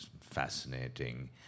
fascinating